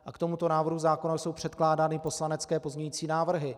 K tomuto návrhu zákona jsou předkládány poslanecké pozměňovací návrhy.